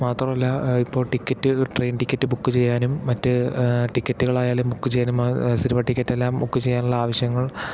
മാത്രമല്ല ഇപ്പോൾ ticket train ticket book ചെയ്യാനും മറ്റു ടിക്കറ്റുകൾ ആയാലും ബുക്ക് ചെയ്യാനും സിനിമാ ടിക്കേറ്റെല്ലാം ബുക്ക് ചെയ്യാനുമുള്ള ആവശ്യങ്ങൾ